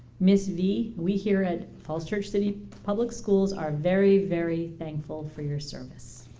ms v, we here at falls church city public schools are very very thankful for your service